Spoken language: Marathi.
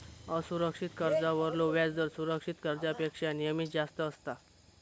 असुरक्षित कर्जावरलो व्याजदर सुरक्षित कर्जापेक्षा नेहमीच जास्त असता